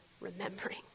remembering